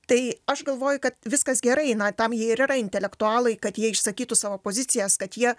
tai aš galvoju kad viskas gerai na tam jie ir yra intelektualai kad jie išsakytų savo pozicijas kad jie